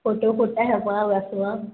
photo ଗୋଟାଏ ହବ ଆଉ ଆସିବ